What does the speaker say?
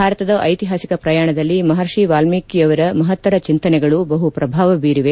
ಭಾರತದ ಐತಿಹಾಸಿಕ ಪ್ರಯಾಣದಲ್ಲಿ ಮಹರ್ಷಿ ವಾಲ್ಕೀಕಿರವರ ಮಹತ್ತರ ಚಿಂತನೆಗಳು ಬಹು ಪ್ರಭಾವ ಬೀರಿವೆ